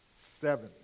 seven